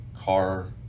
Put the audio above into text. car